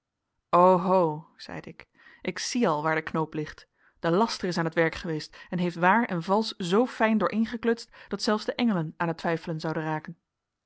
maand oho zeide ik ik zie al waar de knoop ligt de laster is aan t werk geweest en heeft waar en valsch zoo fijn dooreengeklutst dat zelfs de engelen aan het twijfelen zouden raken